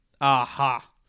aha